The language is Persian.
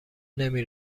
نمی